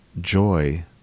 joy